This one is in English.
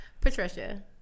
patricia